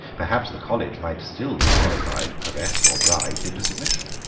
perhaps the college might still be terrified, caressed, or bribed into submission.